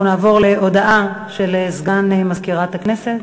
אנחנו נעבור להודעה של סגן מזכירת הכנסת.